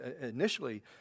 initially